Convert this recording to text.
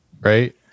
right